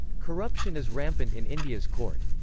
corruption is rampant in india's court.